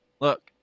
Look